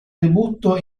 debutto